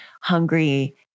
hungry